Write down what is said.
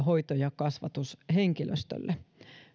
hoito ja kasvatushenkilöstölle